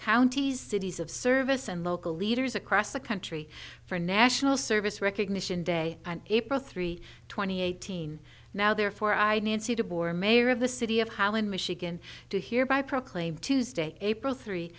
counties cities of service and local leaders across the country for national service recognition day april three twenty eighteen now therefore i nancy tibor mayor of the city of holland michigan to hear by proclaim tuesday april three